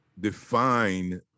define